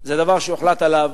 זה דבר שהוחלט עליו